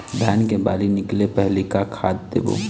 धान के बाली निकले पहली का खाद देबो?